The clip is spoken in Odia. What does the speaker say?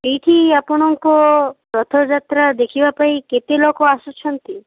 ଏଇଠି ଆପଣଙ୍କ ରଥଯାତ୍ରା ଦେଖିବା ପାଇଁ କେତେ ଲୋକ ଆସୁଛନ୍ତି